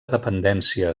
dependència